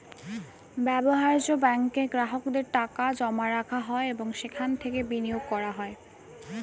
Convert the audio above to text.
ব্যবহার্য ব্যাঙ্কে গ্রাহকদের টাকা জমা রাখা হয় এবং সেখান থেকে বিনিয়োগ করা হয়